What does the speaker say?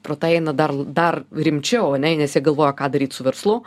pro tą eina dar dar rimčiau ane nes jie galvoja ką daryt su verslu